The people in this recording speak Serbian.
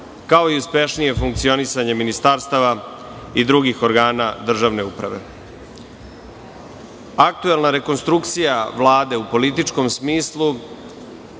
kao i uspešnije funkcionisanje ministarstava i drugih organa državne uprave. Aktuelna rekonstrukcija Vlade u političkom smislu